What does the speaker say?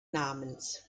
namens